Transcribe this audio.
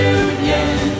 union